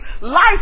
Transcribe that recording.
Life